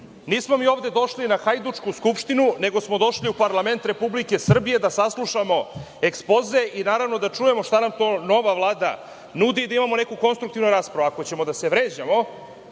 Nismo mi ovde došli na hajdučku skupštinu, nego smo došli u parlament Republike Srbije da saslušamo ekspoze i, naravno, da čujemo šta nam to nova Vlada nudi, da imamo neku konstruktivnu raspravu. Ako ćemo da se vređamo,